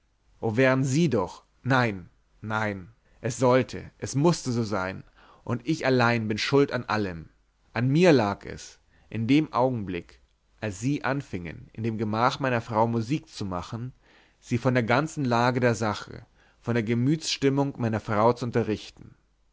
o wären sie doch nein nein es sollte es mußte so sein und ich allein bin schuld an allem an mir lag es in dem augenblick als sie anfingen in dem gemach meiner frau musik zu machen sie von der ganzen lage der sache von der gemütsstimmung meiner frau zu unterrichten